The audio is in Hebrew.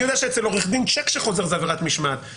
אני יודע שאצל עורך דין צ'ק שחוזר זה עבירת משמעת,